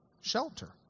Shelter